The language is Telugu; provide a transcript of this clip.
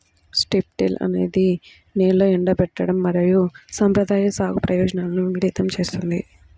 స్ట్రిప్ టిల్ అనేది నేల ఎండబెట్టడం మరియు సంప్రదాయ సాగు ప్రయోజనాలను మిళితం చేస్తుంది